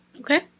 Okay